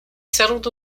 settled